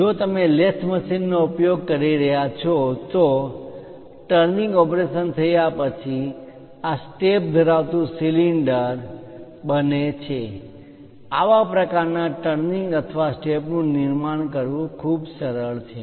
જો તમે લેથ મશીનો નો ઉપયોગ કરી રહ્યા છો તો ટર્નિંગ ઓપરેશન થયા પછી આ સ્ટેપ ધરાવતું સિલિન્ડર સ્ટેપ ધરાવતો નળાકાર બને છે આવા પ્રકારના ટર્નિંગ અથવા સ્ટેપ નું નિર્માણ કરવું ખૂબ સરળ છે